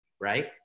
right